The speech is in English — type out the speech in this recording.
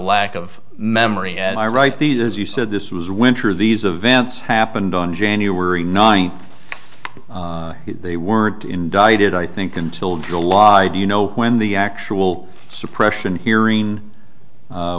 lack of memory as i write these as you said this was winter these events happened on january ninth they weren't indicted i think until july do you know when the actual suppression hearing